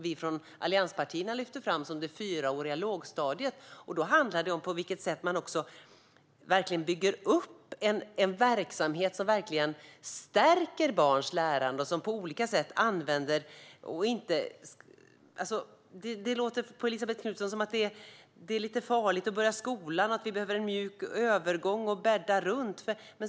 Vi inom allianspartierna lyfter fram det fyraåriga lågstadiet och att man ska bygga upp en verksamhet som verkligen stärker barns lärande. Det låter lite grann på Elisabet Knutsson som att det är lite farligt att börja skolan och att det behövs en mjuk övergång.